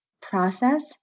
process